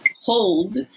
hold